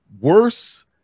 worse